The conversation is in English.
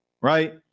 right